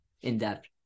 in-depth